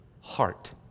heart